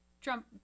Trump